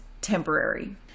temporary